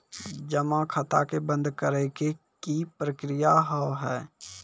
जमा खाता के बंद करे के की प्रक्रिया हाव हाय?